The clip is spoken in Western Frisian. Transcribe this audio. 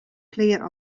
klear